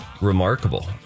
remarkable